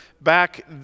back